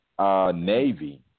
Navy